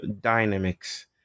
dynamics